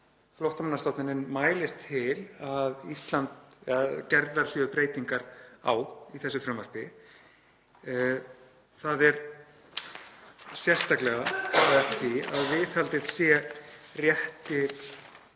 Flóttamannastofnunin mælist til að gerðar séu breytingar á í þessu frumvarpi. Það er sérstaklega kallað eftir því að viðhaldið sé rétti